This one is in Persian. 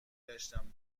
گشتم